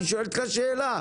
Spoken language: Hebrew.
אני שואל אותך שאלה.